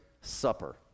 supper